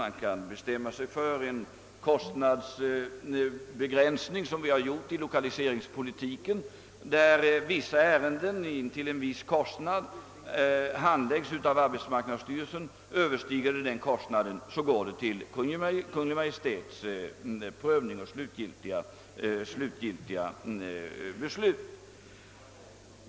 Man kan bestämma sig för en kostnadsbegränsning, vilket vi har gjort inom lokaliseringspolitiken, där ärenden intill en viss kostnad handläggs av arbetsmarknadsstyrelsen och vid högre kostnad prövas och avgörs av Kungl. Maj:t.